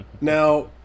Now